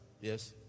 Yes